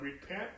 Repent